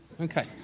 Okay